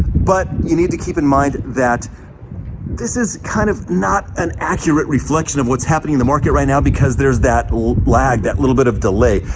but you need to keep in mind that this is kind of not an accurate reflection of what's happening in the market right now because there's that lag, that little bit of delay,